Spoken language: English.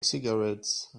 cigarettes